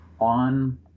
on